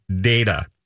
data